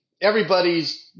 everybody's